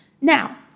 Now